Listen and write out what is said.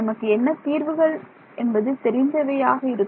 நமக்கு என்ன தீர்வுகள் என்பது தெரிந்தவையாக இருக்கும்